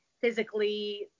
physically